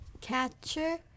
Catcher